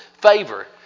favor